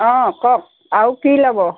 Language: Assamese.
অঁ কওক আৰু কি ল'ব